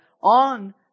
on